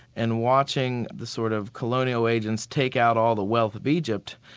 and watching the sort of colonial agents take out all the wealth of egypt.